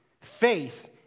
Faith